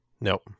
Nope